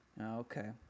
Okay